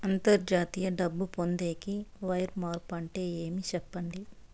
అంతర్జాతీయ డబ్బు పొందేకి, వైర్ మార్పు అంటే ఏమి? సెప్పండి?